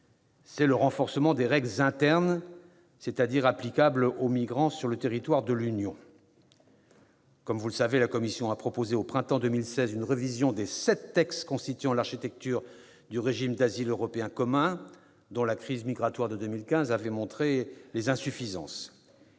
est le renforcement des règles internes, c'est-à-dire applicables aux migrants sur le territoire de l'Union. Comme vous le savez, la Commission a proposé au printemps 2016 une révision des sept textes constituant l'architecture du régime d'asile européen commun, dont la crise migratoire de 2015 avait mis en lumière les insuffisances.